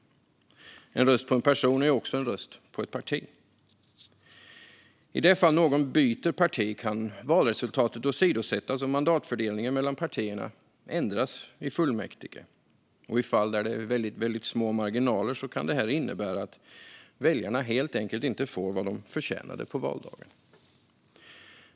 En röst på en person är ju också en röst på ett parti. I det fall någon byter parti kan valresultatet åsidosättas om mandatfördelningen mellan partierna ändras i fullmäktige. I fall där det är väldigt små marginaler kan detta innebära att väljarna helt enkelt inte får vad de förtjänade på valdagen.